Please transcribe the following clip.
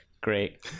Great